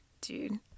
dude